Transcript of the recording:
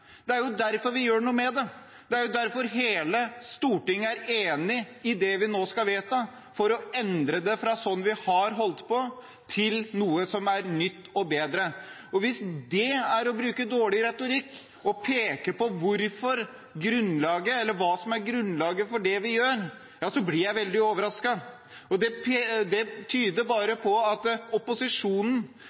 er derfor vi gjør noe med det. Det er derfor hele Stortinget er enig i det vi nå skal vedta. Vi skal endre det vi har holdt på med, til noe som er nytt og bedre. Hvis det er dårlig retorikk å peke på hva som er grunnlaget for det vi gjør, ja så blir jeg veldig overrasket. Det tyder bare på at opposisjonen